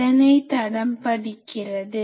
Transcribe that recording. எதனை தடம் பதிக்கிறது